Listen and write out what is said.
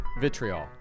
vitriol